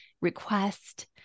request